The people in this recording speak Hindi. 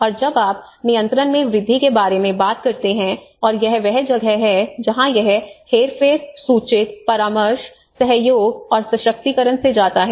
और जब आप नियंत्रण में वृद्धि के बारे में बात करते हैं और यह वह जगह है जहां यह हेरफेर सूचित परामर्श सहयोग और सशक्तिकरण से जाता है